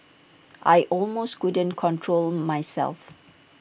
I almost couldn't control myself